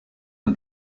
nur